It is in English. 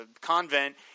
convent